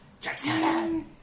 Jackson